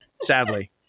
Sadly